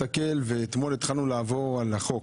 אתמול התחלנו לעבור על החוק,